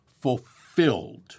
fulfilled